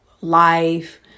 Life